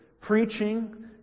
preaching